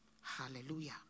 Hallelujah